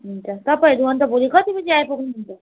हुन्छ तपाईँहरू अन्त भोलि कति बजी आइपुग्नु हुन्छ